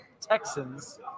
Texans